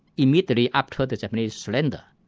immediately after the japanese surrender,